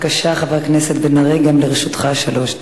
בבקשה, חבר הכנסת בן-ארי, גם לרשותך שלוש דקות.